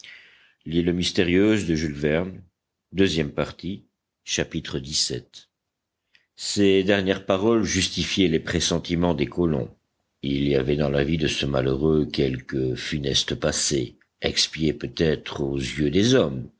xvii ces dernières paroles justifiaient les pressentiments des colons il y avait dans la vie de ce malheureux quelque funeste passé expié peut-être aux yeux des hommes